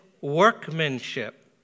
workmanship